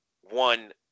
one